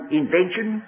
invention